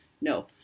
No